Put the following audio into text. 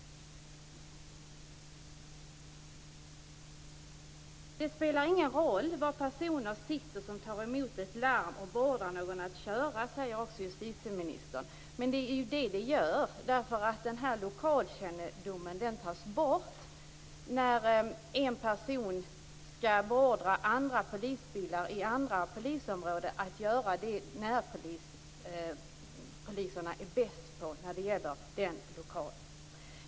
Det spelar ingen roll var de personer sitter som tar emot ett larm och beordrar någon att köra, säger justitieministern. Men det gör det. Lokalkännedomen försvinner när en person skall beordra polisbilar i andra polisområden att göra det närpoliserna är bäst på i det lokala området.